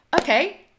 Okay